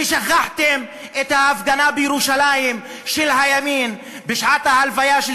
ושכחתם את ההפגנה של הימין בירושלים בשעת ההלוויה של